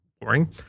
boring